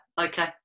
okay